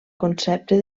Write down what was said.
concepte